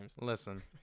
Listen